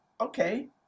okay